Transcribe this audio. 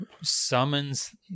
summons